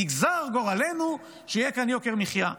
נגזר גורלנו שיהיה כאן יוקר מחיה.